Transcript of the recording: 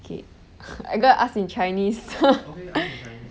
K I gonna ask in chinese